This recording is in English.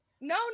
No